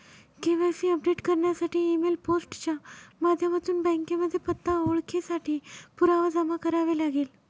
KYC update करण्यासाठी email, post च्या माध्यमातून बँकेमध्ये पत्ता, ओळखेसाठी पुरावा जमा करावे लागेल